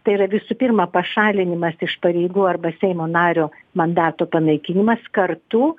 tai yra visų pirma pašalinimas iš pareigų arba seimo nario mandato panaikinimas kartu